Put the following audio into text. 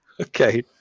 Okay